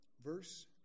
verse